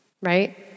right